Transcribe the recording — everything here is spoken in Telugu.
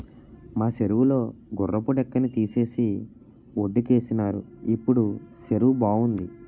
మా సెరువు లో గుర్రపు డెక్కని తీసేసి వొడ్డుకేసినారు ఇప్పుడు సెరువు బావుంది